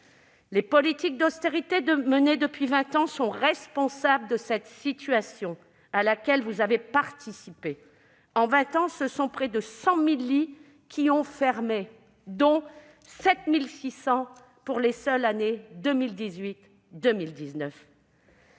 Les politiques d'austérité menées depuis vingt ans sont responsables de cette situation, à laquelle vous avez participé. En vingt ans, ce sont près de 100 000 lits qui ont fermé, dont 7 600 pour les seules années 2018 et 2019.